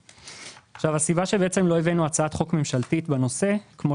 הסיבה שלא הבאנו הצעת חוק ממשלתית בנושא כפי